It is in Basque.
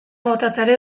botatzeari